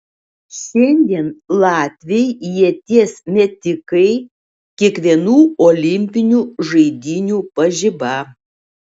šiandien latviai ieties metikai kiekvienų olimpinių žaidynių pažiba